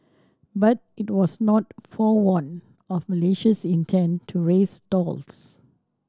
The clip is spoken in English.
but it was not forewarned of Malaysia's intent to raise tolls